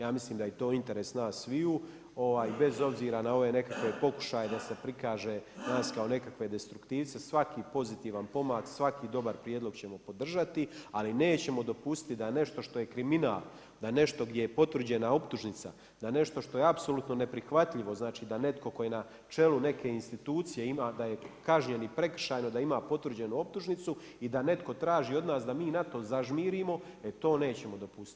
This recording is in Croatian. Ja mislim da je to interes nas sviju, bez obzira na ove nekakve pokušaje da se prikaže nas kao nekakve destruktivce, svaki pozitivan pomak, svaki dobar prijedlog ćemo podržati ali nećemo dopustiti da nešto što je kriminal, da nešto gdje je potvrđena optužnica, da nešto što je apsolutni neprihvatljivo znači da netko tko je na čelu neke institucije da je kažnjen i prekršajno, da ima potvrđenu optužnicu i da netko traži od nas da mi na to zažmirimo, e to nećemo dopustiti.